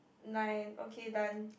nine okay done